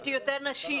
מיניתי יותר נשים.